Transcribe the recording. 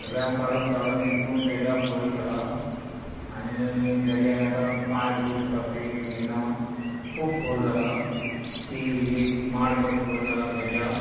रेंव काडून काडून विकून दर्या खोल केला आनी दर्यान आता पांच दूर पाकळी हे ना खूब खोल जाला ती एक माड भर खोल जाला दर्या